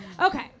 Okay